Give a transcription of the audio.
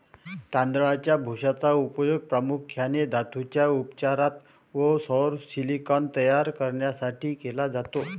तांदळाच्या भुशाचा उपयोग प्रामुख्याने धातूंच्या उपचारात व सौर सिलिकॉन तयार करण्यासाठी केला जातो